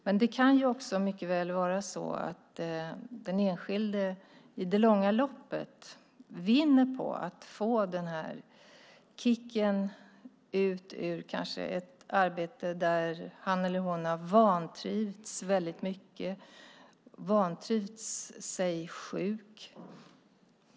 Men det kan också mycket väl vara så att den enskilde i det långa loppet vinner på att få denna kick ut ur ett arbete där han eller hon har vantrivts sig sjuk.